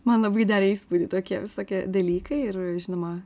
man labai darė įspūdį tokie visokie dalykai ir žinoma